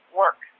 work